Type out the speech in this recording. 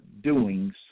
doings